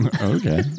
okay